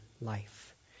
life